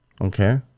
Okay